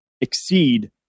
exceed